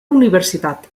universitat